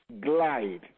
glide